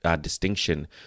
Distinction